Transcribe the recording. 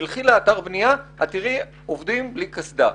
תלכי לאתר בנייה ותראי עובדים בלי קסדה,